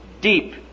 deep